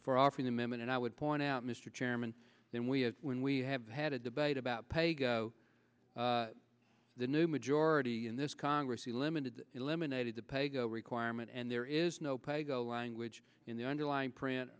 for offering them and i would point out mr chairman then we have when we have had a debate about paygo the new majority in this congress the limited eliminated the pay go requirement and there is no pay go language in the underlying print